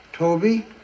Toby